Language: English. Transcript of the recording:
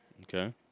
Okay